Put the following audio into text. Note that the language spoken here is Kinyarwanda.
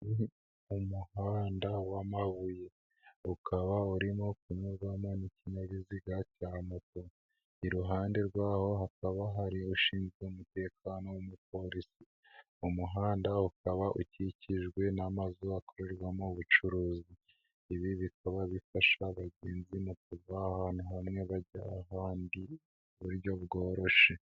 Umuhanda w'amabuye, ukaba urimo kunyurwamo n'ikinyabiziga cya moto, iruhande rw'aho hakaba hari ushinzwe umutekano w'umupolisi, uwo muhanda ukaba ukikijwe n'amazi akorerwamo ubucuruzi, ibi bikaba bifasha abagenzi mu kuva ahantu hamwe bajya ahandi mu buryo bworoshye.